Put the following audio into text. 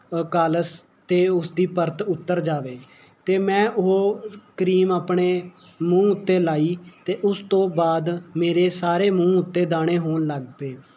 ਕਾਲਸ ਅਤੇ ਉਸਦੀ ਪਰਤ ਉਤਰ ਜਾਵੇ ਅਤੇ ਮੈਂ ਉਹ ਕਰੀਮ ਆਪਣੇ ਮੂੰਹ ਉੱਤੇ ਲਾਈ ਅਤੇ ਉਸ ਤੋਂ ਬਾਅਦ ਮੇਰੇ ਸਾਰੇ ਮੂੰਹ ਉੱਤੇ ਦਾਣੇ ਹੋਣ ਲੱਗ ਪਏ